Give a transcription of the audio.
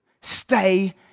stay